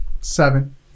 seven